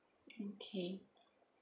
okay